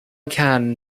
can